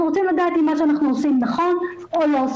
רוצים לדעת אם מה שאנחנו עושים נכון או לא,